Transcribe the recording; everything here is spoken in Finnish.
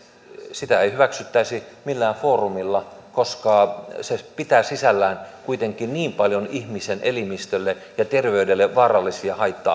sitä ei hyväksyttäisi millään foorumilla koska se se pitää sisällään kuitenkin niin paljon ihmisen elimistölle ja terveydelle vaarallisia haitta